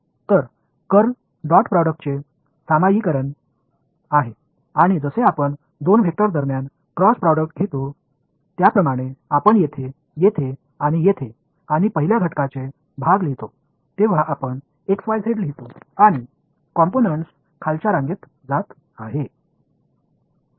तर curl cross प्रॉडक्टचे सामान्यीकरण आहे आणि जसे आपण दोन वेक्टर दरम्यान क्रॉस प्रोडक्ट घेतो त्याप्रमाणे आपण येथे येथे आणि येथे आणि पहिल्या घटकांचे भाग लिहितो तेव्हा आपण x y z लिहितो आणि कॉम्पोनंट्स खालच्या रांगेत जात आहे